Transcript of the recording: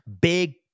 Big